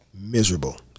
miserable